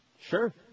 Sure